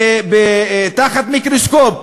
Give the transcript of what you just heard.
תחת מיקרוסקופ.